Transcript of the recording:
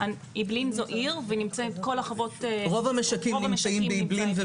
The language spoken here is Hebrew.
אעבלין זו עיר ורוב המשקים נמצאים באעבלין.